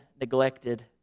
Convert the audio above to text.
neglected